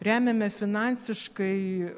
remiame finansiškai